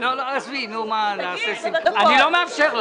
למה אני מאפשר?